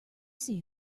see